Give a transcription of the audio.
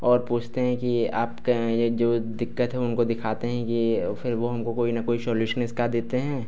और पूछते हैं कि आपका ये जो दिक्कत है उनको दिखाते हैं ये और फिर वो हमको कोई न कोई शॉल्यूशन इसका देते हैं